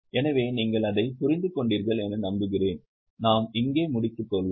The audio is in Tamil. எனவே நீங்கள் அதை புரிந்து கொண்டீர்கள் என்று நம்புகிறேன் நாம் இங்கே முடித்துக்கொள்வோம்